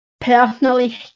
personally